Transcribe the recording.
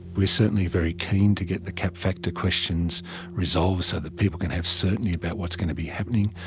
we're certainly very keen to get the cap factor questions resolved so that people can have certainty about what's going to be happening.